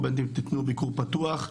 או בין אם תתנו ביקור פתוח.